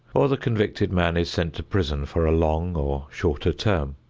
or the convicted man is sent to prison for a long or shorter term.